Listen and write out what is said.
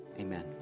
amen